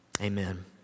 amen